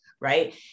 Right